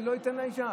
אני לא אתן לאישה?